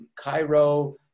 Cairo